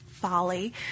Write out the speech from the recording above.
folly